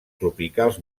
tropicals